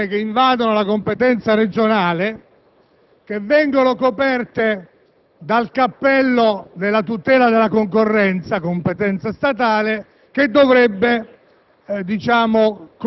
contiene norme che invadono la competenza regionale e che vengono coperte dal cappello della tutela della concorrenza, competenza statale, la quale dovrebbe